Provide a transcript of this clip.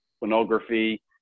pornography